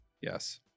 Yes